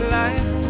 life